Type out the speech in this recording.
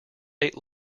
ate